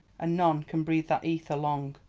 and none can breathe that ether long.